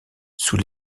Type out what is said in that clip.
sous